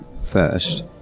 first